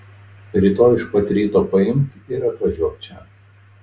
rytoj iš pat ryto paimk ir atvažiuok čia